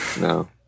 no